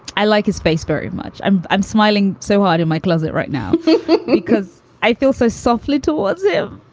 i like his face very much. i'm i'm smiling so hard in my closet right now because i feel so softly towards him.